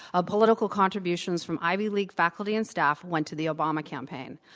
ah political contributions from ivy league faculty and staff went to the obama campaign.